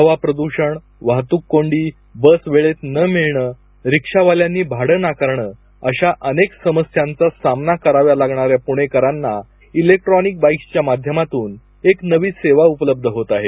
हवा प्रद्रषण वाहतूक कोंडी बस वेळेत न मिळणं रिक्षावाल्यांनी भाडं नाकारण अशा अनेक समस्यांचा सामना कराव्या लागणाऱ्या पुणेकरांना इलेक्ट्रॉनिक बाईकच्या माध्यमातून एक नवी सेवा उपलब्ध होत आहे